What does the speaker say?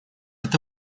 это